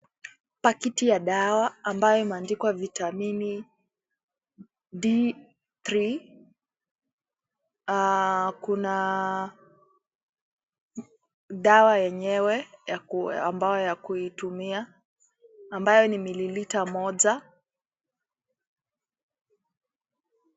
Pakiti ya dawa ambayo imeandikwa vitamini D3, kuna dawa yenyewe ambao ya kuitumia ambayo ni mililita moja .